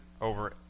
over